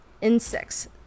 insects